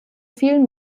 vielen